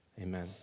Amen